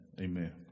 amen